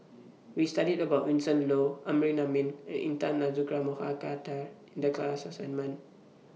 We studied about Vincent Leow Amrin Amin and Intan Azura Mokhtar in The class assignment